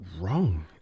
wrong